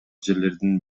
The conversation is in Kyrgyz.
жерлердин